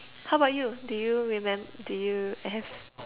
how about you do you remem~ do you have